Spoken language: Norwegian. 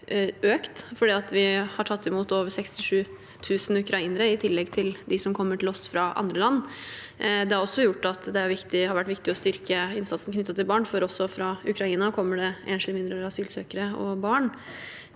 vi har tatt imot over 67 000 ukrainere i tillegg til dem som kommer til oss fra andre land. Det har også gjort det viktig å styrke innsatsen knyttet til barn, for også fra Ukraina kommer det enslige mindreårige asylsøkere og barn.